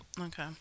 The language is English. Okay